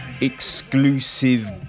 exclusive